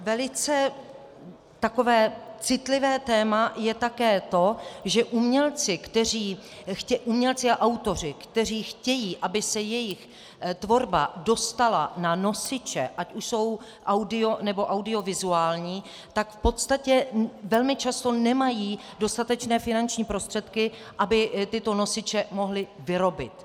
Velice takové citlivé téma je také to, že umělci a autoři, kteří chtějí, aby se jejich tvorba dostala na nosiče, ať už jsou audio nebo audiovizuální, tak v podstatě velmi často nemají dostatečné finanční prostředky, aby tyto nosiče mohli vyrobit.